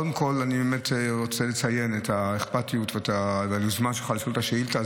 קודם כול אני רוצה לציין את האכפתיות ואת היוזמה שלך לעשות את השאילתה.